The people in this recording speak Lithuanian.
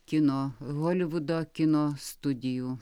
kino holivudo kino studijų